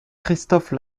christophe